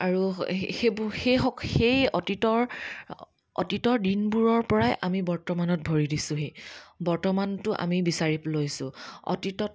আৰু সেইবো সেইসক সেই অতীতৰ অতীতৰ দিনবোৰৰ পৰাই আমি বৰ্তমানত ভৰি দিছোঁহি বৰ্তমানটো আমি বিচাৰি লৈছোঁ অতীতত